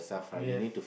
yes